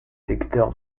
secteurs